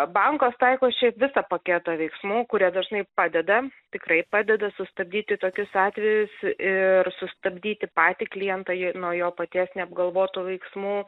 bankas taiko šiaip visą paketą veiksmų kurie dažnai padeda tikrai padeda sustabdyti tokius atvejus ir sustabdyti patį klientą nuo jo paties neapgalvotų veiksmų